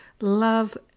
love